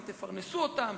אבל תפרנסו אותם,